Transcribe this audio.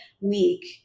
week